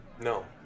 No